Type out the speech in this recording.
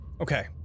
Okay